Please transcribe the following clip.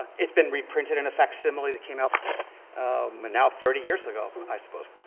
it's been reprinted in a facsimile that came out um now thirty years ago, i suppose.